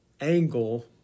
angle